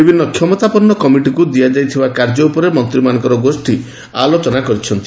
ବିଭିନ୍ନ କ୍ଷମତାପନ୍ନ କମିଟିକୁ ଆଦିଯାଇଥିବା କାର୍ଯ୍ୟ ଉପରେ ମନ୍ତ୍ରୀମାନଙ୍କର ଗୋଷ୍ଠୀ ଆଲୋଚନା କରିଛନ୍ତି